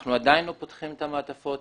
אנחנו עדיין לא פותחים את המעטפות,